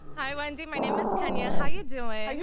hi wendy, my name is kenya, how you doin'?